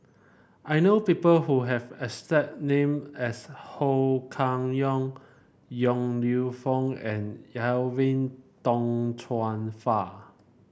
I know people who have a name as Ho Kah Leong Yong Lew Foong and Edwin Tong Chun Fai